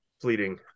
fleeting